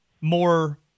more